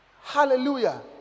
hallelujah